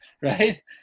right